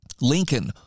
Lincoln